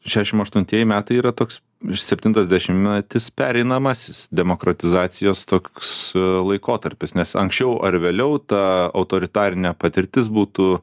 šešiasdešimt aštuntieji metai yra toks septintas dešimtmetis pereinamasis demokratizacijos toks laikotarpis nes anksčiau ar vėliau ta autoritarinė patirtis būtų